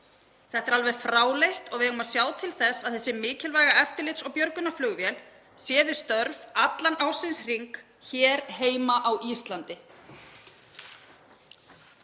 Þetta er alveg fráleitt og við eigum að sjá til þess að þessi mikilvæga eftirlits- og björgunarflugvél sé við störf allan ársins hring hér heima á Íslandi.